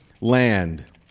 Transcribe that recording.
land